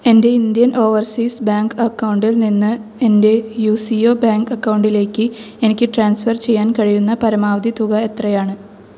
എൻ്റെ Indian overseas bank അക്കൗണ്ടിൽ നിന്ന് എൻ്റെ യു സി ഒ ബാങ്ക് അക്കൗണ്ടിലേക്ക് എനിക്ക് ട്രാൻസ്ഫർ ചെയ്യാൻ കഴിയുന്ന പരമാവധി തുക എത്രയാണ്